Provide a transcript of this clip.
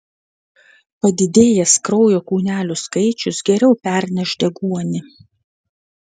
padidėjęs kraujo kūnelių skaičius geriau perneš deguonį